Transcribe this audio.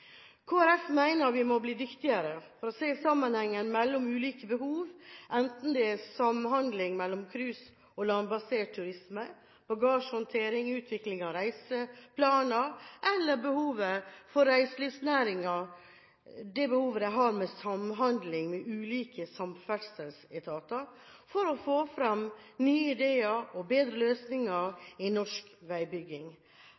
vi må bli dyktigere på å se sammenhengen mellom ulike behov, enten det er samhandling mellom cruise og landbasert turisme, bagasjehåndtering, utvikling av reiseplaner eller behovet reiselivsnæringen har for samhandling med ulike samferdselsetater for å få fram nye ideer og bedre